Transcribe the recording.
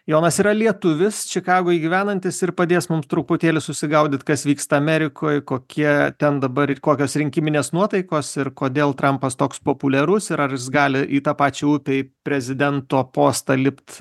jonas yra lietuvis čikagoje gyvenantis ir padės mums truputėlį susigaudyti kas vyksta amerikoj kokie ten dabar ir kokios rinkiminės nuotaikos ir kodėl trampas toks populiarus ir ar gali į tą pačią upę į prezidento postą lipt